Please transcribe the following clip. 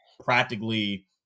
practically